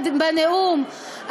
בנאום,